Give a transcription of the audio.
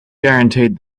guaranteed